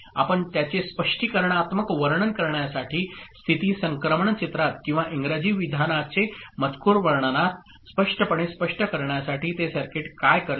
आपण त्याचे स्पष्टीकरणात्मक वर्णन करण्यासाठी स्थिती संक्रमण चित्रात किंवा इंग्रजी विधानाचे मजकूर वर्णनात स्पष्टपणे स्पष्ट करण्यासाठी ते सर्किट काय करते